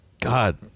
God